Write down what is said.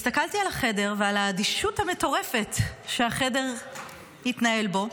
הסתכלתי על החדר ועל האדישות המטורפת שהחדר התנהל בה.